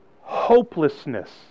hopelessness